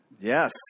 yes